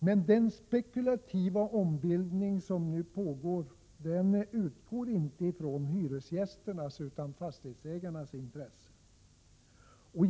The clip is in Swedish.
Men den spekulativa ombildning som nu pågår utgår inte ifrån hyresgästernas utan från fastighetsägarnas intressen.